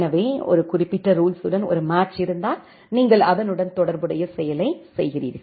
எனவே ஒரு குறிப்பிட்ட ரூல்ஸுடன் ஒரு மேட்ச் இருந்தால் நீங்கள் அதனுடன் தொடர்புடைய செயலைச் செய்கிறீர்கள்